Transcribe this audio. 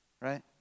right